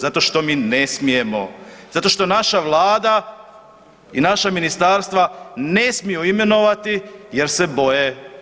Zato što mi ne smijemo, zato što naša Vlada i naša ministarstva ne smiju imenovati jer se boje.